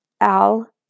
Al